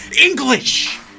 English